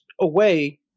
away